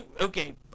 Okay